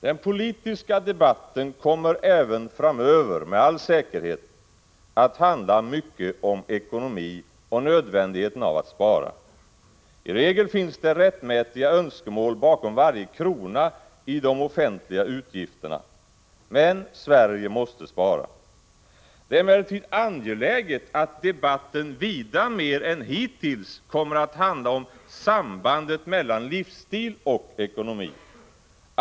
Den politiska debatten kommer även framöver med all säkerhet att handla mycket om ekonomi och nödvändigheten av att spara. I regel finns det rättmätiga önskemål bakom varje krona i de offentliga utgifterna. Men Sverige måste spara. Det är emellertid angeläget att debatten vida mer än hittills kommer att handla om sambandet mellan livsstil och ekonomi.